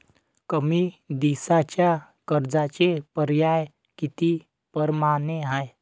कमी दिसाच्या कर्जाचे पर्याय किती परमाने हाय?